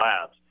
labs